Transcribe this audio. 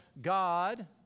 God